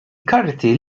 karti